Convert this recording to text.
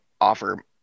offer